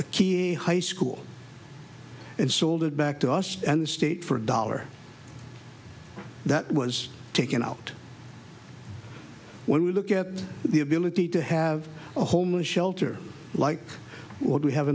a key high school and sold it back to us and the state for a dollar that was taken out when we look at the ability to have a homeless shelter like what we have